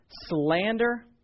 slander